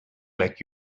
like